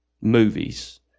movies